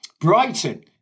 Brighton